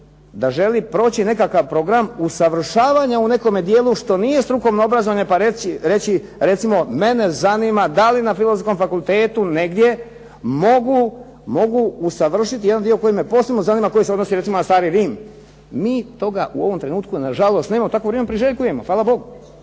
da želi proći nekakav program usavršavanja u nekome dijelu što nije strukovno obrazovanje pa reći recimo mene zanima da li na filozofskom fakultetu negdje mogu usavršiti jedan dio koji me posebno zanima, koji se odnosi recimo na stari Rim. Mi toga u ovom trenutku nažalost nemamo, takvo vrijeme priželjkujemo hvala Bogu,